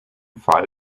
fall